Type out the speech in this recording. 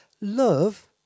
love